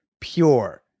pure